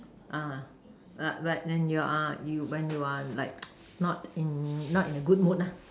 ah like like when you are you when you are like not in not in a good mood lah